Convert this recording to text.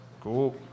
Cool